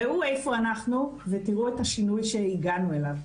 ראו איפה אנחנו ותראו את השינוי שהגענו אליו.